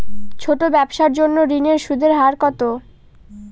ছোট ব্যবসার জন্য ঋণের সুদের হার কত?